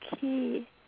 key